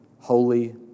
holy